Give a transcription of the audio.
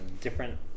different